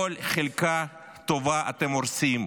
כל חלקה טובה אתם הורסים.